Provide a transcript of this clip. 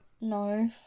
No